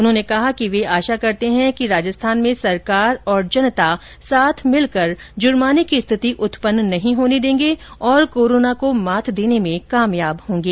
उन्होंने कहा कि वे आशा करते हैं कि राजस्थान में सरकार और जनता साथ मिलकर जुर्माने की स्थिति उत्पन्न नहीं होने देंगे और कोरोना को मात देने में कामयाब होंगे